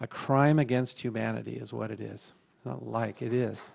a crime against humanity is what it is like it is